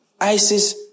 Isis